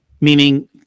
Meaning